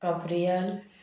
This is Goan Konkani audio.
काफ्रियाल